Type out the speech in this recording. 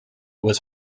was